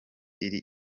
iri